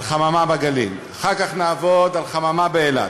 על חממה בגליל, אחר כך נעבוד על חממה באילת,